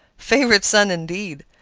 favorite son, indeed!